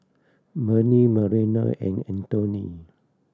Bennie Mariela and Antony